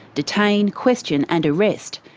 detain, question and arrest.